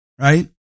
right